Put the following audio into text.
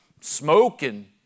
smoking